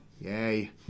Yay